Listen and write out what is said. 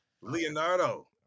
leonardo